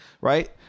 right